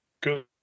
good